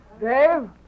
Dave